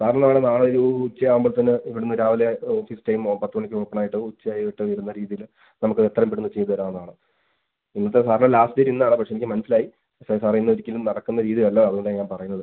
സാറിന് വേണേ നാളെ ഒരു ഉച്ചയാവുമ്പത്തേക്ക് ഇവിടെ നിന്ന് രാവിലെ ഓഫീസ് ടൈമോ പത്ത് മണിക്ക് ഓപ്പൺ ആയിട്ട് ഉച്ചയായിട്ട് വരുന്ന രീതിയിൽ നമുക്ക് എത്രയും പെട്ടെന്ന് ചെയ്തു തരാവുന്നതാണ് ഇന്നത്തെ സാറിൻ്റെ ലാസ്റ്റ് ഡേറ്റ് ഇന്നാണ് പക്ഷേ എനിക്ക് മനസ്സിലായി പക്ഷേ സാറേ ഇന്ന് ഒരിക്കലും നടക്കുന്ന രീതിയിലല്ല അതുകൊണ്ടാണ് ഞാൻ പറയുന്നത്